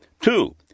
Two